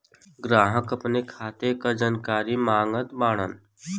ग्राहक अपने खाते का जानकारी मागत बाणन?